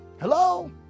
Hello